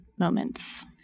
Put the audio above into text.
moments